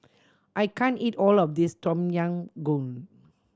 I can't eat all of this Tom Yam Goong